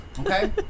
Okay